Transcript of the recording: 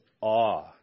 awe